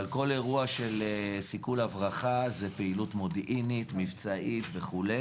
אבל כל אירוע של סיכול הברחה זה פעילות מודיעינית ומבצעית וכו'.